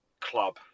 Club